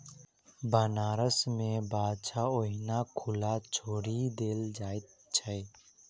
बनारस मे बाछा ओहिना खुला छोड़ि देल जाइत छै